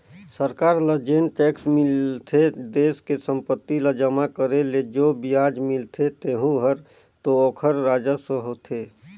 सरकार ल जेन टेक्स मिलथे देस के संपत्ति ल जमा करे ले जो बियाज मिलथें तेहू हर तो ओखर राजस्व होथे